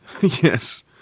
Yes